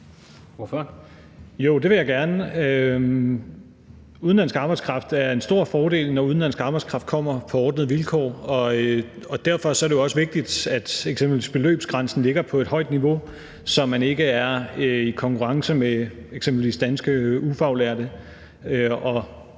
Jo, det vil jeg gerne. Udenlandsk arbejdskraft er en stor fordel, når udenlandsk arbejdskraft kommer på ordnede vilkår. Derfor er det også vigtigt, at eksempelvis beløbsgrænsen ligger på et højt niveau, så man ikke er i konkurrence med eksempelvis danske ufaglærte